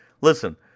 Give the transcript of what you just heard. Listen